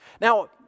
Now